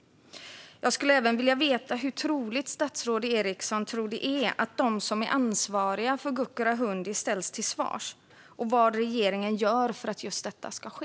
Jag skulle även vilja veta hur troligt statsrådet Eriksson tror att det är att de ansvariga för Gukurahundi ställs till svars och vad regeringen gör för att just detta ska ske.